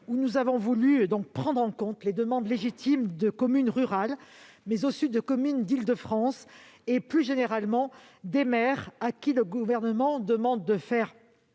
Nous avons voulu prendre en compte les demandes légitimes de communes rurales, de communes d'Île-de-France et, plus généralement, de maires à qui le Gouvernement demande de faire